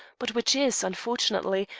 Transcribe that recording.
but which is, unfortunately,